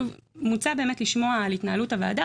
מוצע באמת לשמוע על התנהלות הוועדה